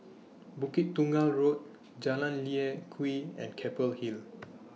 Bukit Tunggal Road Jalan Lye Kwee and Keppel Hill